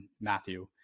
Matthew